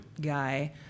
guy